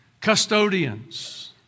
custodians